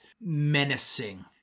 menacing